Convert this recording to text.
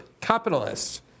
capitalists